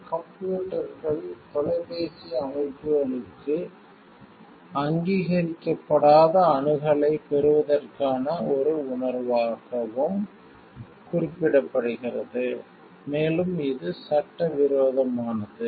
இது கம்ப்யூட்டர்கள் தொலைபேசி அமைப்புகளுக்கு அங்கீகரிக்கப்படாத அணுகலைப் பெறுவதற்கான ஒரு உணர்வாகவும் குறிப்பிடப்படுகிறது மேலும் இது சட்டவிரோதமானது